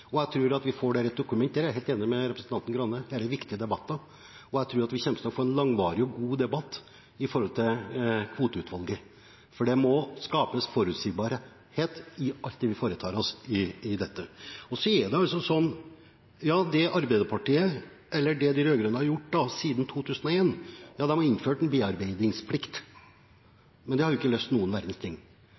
Jeg er enig med representanten Grande i at dette er viktige debatter, og jeg tror vi får en langvarig og god debatt om kvoteutvalget. Det må skapes forutsigbarhet i alt det vi foretar oss i dette. Så er det slik at det Arbeiderpartiet – de rød-grønne – har gjort siden 2001, er å innføre en bearbeidingsplikt. Det har ikke løst noen verdens ting.